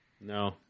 No